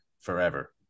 forever